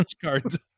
cards